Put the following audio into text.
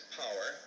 power